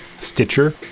Stitcher